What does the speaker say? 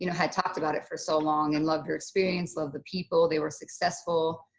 you know had talked about it for so long and loved her experience, loved the people, they were successful,